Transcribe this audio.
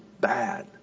bad